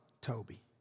Toby